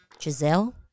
Giselle